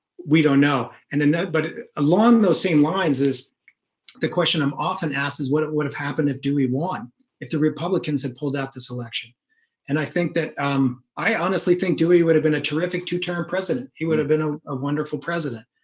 we don't know and and then but along those same lines is the question i'm often asked is what it would have happened if dewey won if the republicans had pulled out this election and i think that um, i honestly think dewey would have been a terrific two-term president. he would have been a a wonderful president.